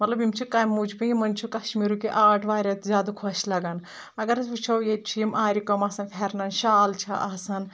مطلب یِم چھِ کَمہِ موٗجوٗب یِمن چھُ کشمیٖرُک یہِ آٹ واریاہ زیادٕ خۄش لگَان اگر أسۍ وٕچھو ییٚتہِ چھِ یِم آرِ کٲم آسَان پھِیٚرنَن شال چِھ آسَان